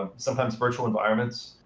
ah sometimes, virtual environments.